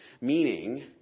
Meaning